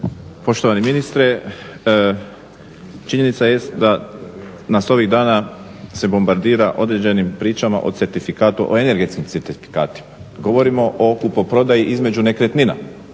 Poštovani ministre, činjenica jest da nas se ovih dana bombardira određenim pričama o energetskim certifikatima, govorimo o kupoprodaji između nekretnina,